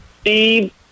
Steve